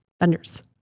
vendors